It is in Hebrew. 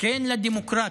כן לדמוקרטיה".